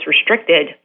restricted